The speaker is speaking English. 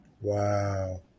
Wow